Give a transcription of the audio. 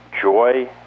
joy